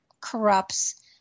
corrupts